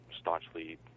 staunchly